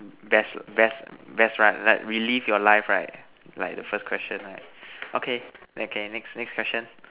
best best best right like relive your life right like the first question right okay okay next next question